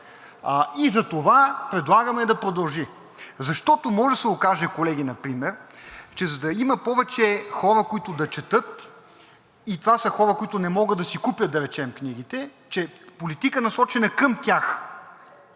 и затова предлагаме да продължи. Защото може да се окаже, колеги, например – за да има повече хора, които да четат, и това са хора, които не могат да си купят, да речем, книгите, че трябва политика, насочена към тези